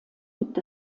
gibt